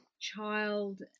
child